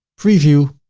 preview,